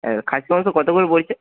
আর খাসি মাংস কত করে বলছে